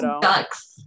ducks